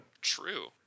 True